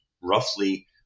Roughly